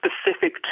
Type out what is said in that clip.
specific